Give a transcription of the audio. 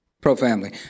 pro-family